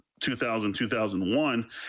2000-2001